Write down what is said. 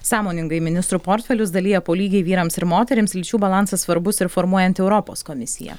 sąmoningai ministrų portfelius dalija po lygiai vyrams ir moterims lyčių balansas svarbus ir formuojant europos komisiją